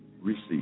receive